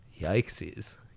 Yikesies